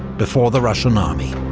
before the russian army.